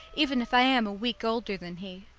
even if i am a week older than he.